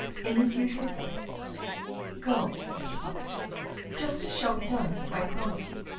in his usual voice go, mr. boxtel justice shall be done, i promise you.